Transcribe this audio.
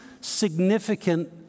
significant